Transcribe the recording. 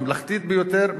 הממלכתית ביותר,